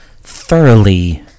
thoroughly